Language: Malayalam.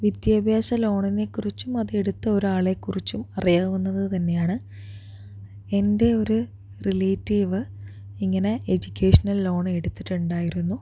വിദ്യാഭ്യാസ ലോണിനെക്കുറിച്ചും അത് എടുത്ത ഒരാളെക്കുറിച്ചും അറിയാവുന്നതു തന്നെയാണ് എൻ്റെ ഒരു റിലേറ്റീവ് ഇങ്ങനെ എജുക്കേഷണൽ ലോൺ എടുത്തിട്ടുണ്ടായിരുന്നു